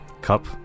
cup